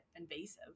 invasive